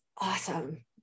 awesome